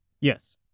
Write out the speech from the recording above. Yes